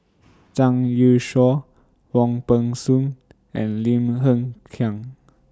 Zhang Youshuo Wong Peng Soon and Lim Hng Kiang